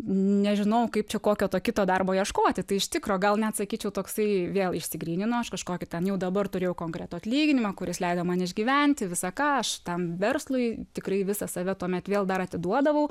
nežinojau kaip čia kokio to kito darbo ieškoti tai iš tikro gal net sakyčiau toksai vėl išsigrynino aš kažkokį ten jau dabar turėjau konkretų atlyginimą kuris leido man išgyventi visa ką aš tam verslui tikrai visą save tuomet vėl dar atiduodavau